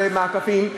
במעקפים,